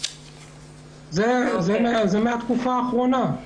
זה מן התקופה האחרונה,